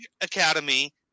academy